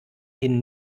hin